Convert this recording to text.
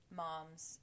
moms